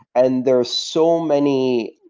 and there's so many,